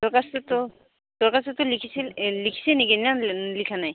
দৰ্খাস্তটো দৰ্খাস্তটো লিখিছিল এই লিখিছে নেকি নে লিখা নাই